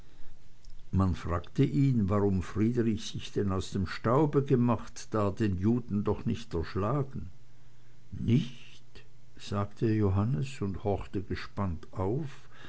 man fragte ihn warum friedrich sich denn aus dem staube gemacht da er den juden doch nicht erschlagen nicht sagte johannes und horchte gespannt auf